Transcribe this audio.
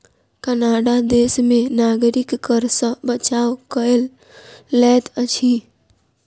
Canada देश में नागरिक कर सॅ बचाव कय लैत अछि